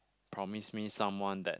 promise me someone that